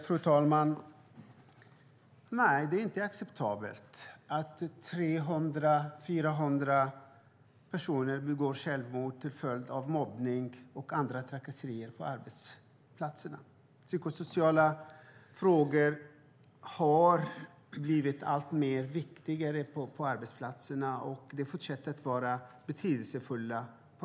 Fru talman! Nej, det är inte acceptabelt att 300-400 personer begår självmord till följd av mobbning och andra trakasserier på arbetsplatserna. Psykosociala frågor har blivit allt viktigare på arbetsplatserna, och de fortsätter att vara betydelsefulla.